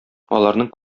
аларның